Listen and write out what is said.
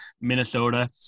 Minnesota